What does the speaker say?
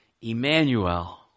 Emmanuel